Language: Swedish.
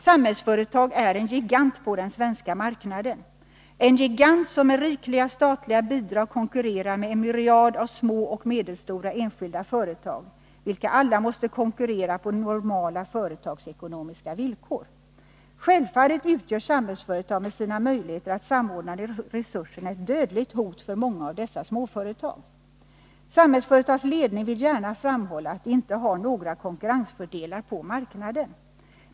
Samhällsföretag är en gigant på den svenska marknaden, en gigant som med rikliga statliga bidrag konkurrerar med en myriad av små och medelstora enskilda företag, vilka alla måste konkurrera på normala företagsekonomiska villkor. Självfallet utgör Samhällsföretag med sina möjligheter att samordna resurserna ett dödligt hot för många av dessa småföretag. Samhällsföretags ledning vill gärna framhålla att man inte har några konkurrensfördelar på marknaden.